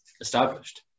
established